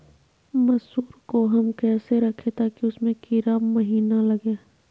मसूर को हम कैसे रखे ताकि उसमे कीड़ा महिना लगे?